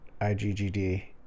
IGGD